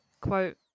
quote